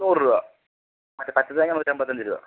നൂറ് രൂപാ മറ്റേ പച്ച തേങ്ങ നൂറ്റൻപത്തഞ്ച് രൂപ